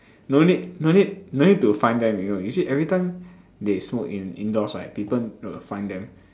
no need no need no need to find them already [what] you see every time they smoke in indoors right people need find them